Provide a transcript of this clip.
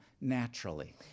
naturally